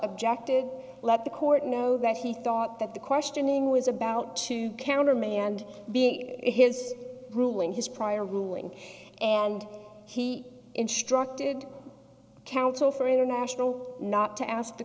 objective let the court know that he thought that the questioning was about to countermand being his ruling his prior ruling and he instructed counsel for international not to ask the